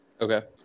Okay